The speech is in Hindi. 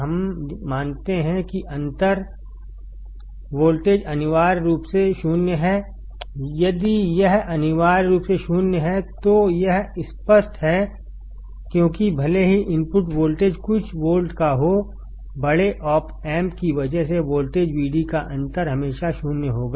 हम मानते हैं कि अंतर वोल्टेज अनिवार्य रूप से 0 हैयदि यह अनिवार्य रूप से 0 है तो यह स्पष्ट है क्योंकि भले ही इनपुट वोल्टेजकुछ वोल्ट का होबड़े ऑप एम्प की वजह से वोल्टेज Vd का अंतर हमेशा 0 होगा